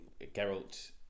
Geralt